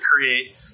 create